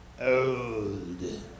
old